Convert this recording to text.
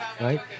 right